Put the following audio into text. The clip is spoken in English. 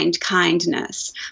kindness